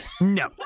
no